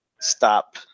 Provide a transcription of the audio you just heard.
stop